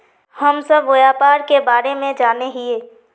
हम सब व्यापार के बारे जाने हिये?